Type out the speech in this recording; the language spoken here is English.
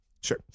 sure